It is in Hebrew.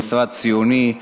הוא משרד ציוני,